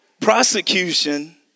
Prosecution